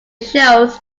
shows